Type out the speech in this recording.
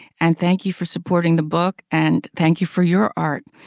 and thank you for supporting the book, and thank you for your art.